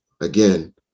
Again